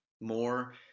more